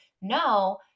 no